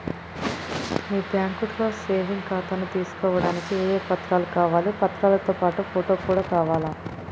మీ బ్యాంకులో సేవింగ్ ఖాతాను తీసుకోవడానికి ఏ ఏ పత్రాలు కావాలి పత్రాలతో పాటు ఫోటో కూడా కావాలా?